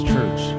Church